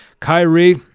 Kyrie